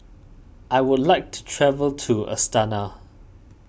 I would like to travel to Astana